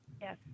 Yes